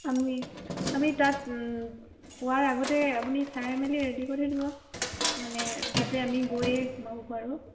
আমি আমি তাত পোৱাৰ আগতে আপুনি চাই মেলি ৰেডি কৰি থৈ দিব মানে যাতে আমি গৈয়ে সোমাব পাৰোঁ